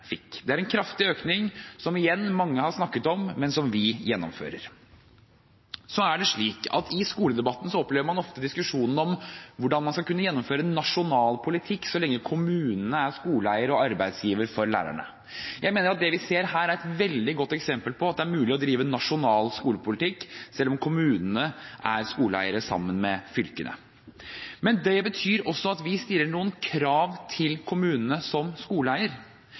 fikk. Det er en kraftig økning som – igjen – mange har snakket om, men som vi gjennomfører. Så er det slik at i skoledebatten opplever man ofte diskusjonen om hvordan man skal kunne gjennomføre en nasjonal politikk så lenge kommunene er skoleeier og arbeidsgiver for lærerne. Jeg mener at det vi ser her, er et veldig godt eksempel på at det er mulig å drive nasjonal skolepolitikk selv om kommunene er skoleeiere sammen med fylkene. Men det betyr også at vi stiller noen krav til kommunene som skoleeier.